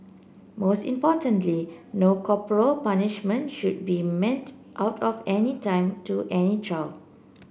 most importantly no corporal punishment should be meted out at any time to any child